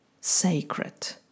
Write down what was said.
sacred